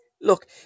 Look